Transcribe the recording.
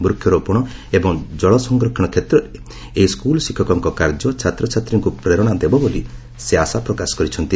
ବୃକ୍ଷରୋପଣ ଏବଂ ଜଳ ସଂରକ୍ଷଣ କ୍ଷେତ୍ରରେ ଏହି ସ୍କୁଲ୍ ଶିକ୍ଷକଙ୍କ କାର୍ଯ୍ୟ ଛାତ୍ରଛାତ୍ରୀଙ୍କୁ ପ୍ରେରଣା ଦେବ ବୋଲି ସେ ଆଶା ପ୍ରକାଶ କରିଛନ୍ତି